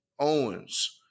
Owens